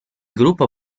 gruppo